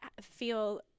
feel